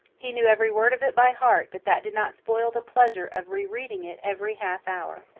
he knew every word of it by heart, but that did not spoil the pleasure of re-reading it every half-hour.